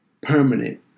permanent